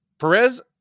Perez